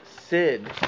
Sid